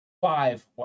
five